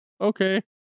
okay